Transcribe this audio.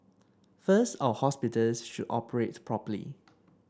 first our hospitals should operate properly